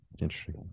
interesting